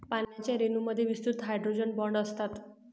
पाण्याच्या रेणूंमध्ये विस्तृत हायड्रोजन बॉण्ड असतात